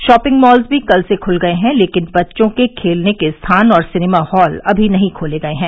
shopping mall भी कल से खुल गए हैं लेकिन बच्चों के खेलने के स्थान और सिनेमा हॉल अभी नहीं खोले गए हैं